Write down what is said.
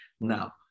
Now